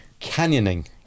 canyoning